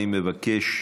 אני מבקש,